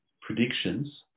predictions